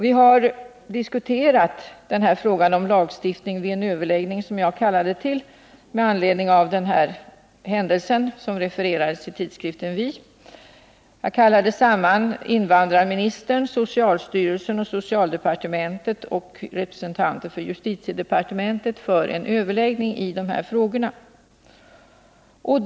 Vi har diskuterat den vid en överläggning som jag kallade till med anledning av den händelse som refererades i tidskriften Vi. Jag kallade då samman invandrarministern, socialstyrelsen och socialdepartementet samt representanter för justitiedepartementet för en överläggning i de här frågorna.